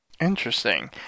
Interesting